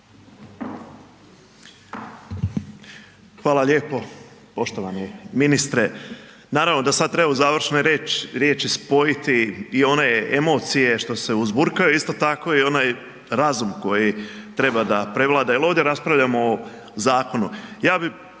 Hvala lijepo. Poštovani ministre, naravno da sad treba u završnoj riječi spojiti i one emocije što se uzburkaju, isto tako i onaj razum koji treba da prevlada jer ovdje raspravljamo o zakonu.